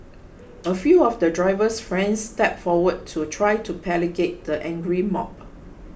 a few of the driver's friends stepped forward to try to placate the angry mob